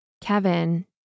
Kevin